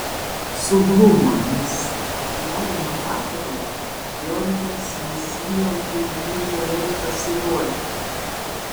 suglumo nes atidarymo vakarui džordžas nesijautė itin gerai pasiruošęs